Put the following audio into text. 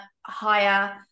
higher